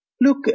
Look